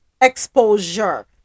Exposure